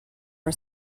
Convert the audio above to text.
for